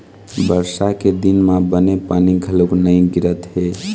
बरसा के दिन म बने पानी घलोक नइ गिरत हे